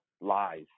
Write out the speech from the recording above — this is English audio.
lies